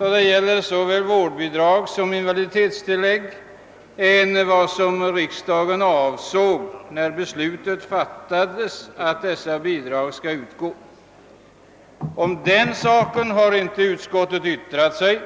vad det gäller vårdbidrag som invaliditetstillägg än vad riksdagen avsåg när beslutet om bidragen fattades. Om den saken har utskottet inte yttrat sig.